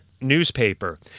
newspaper